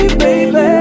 baby